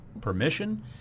permission